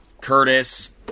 Curtis